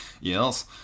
yes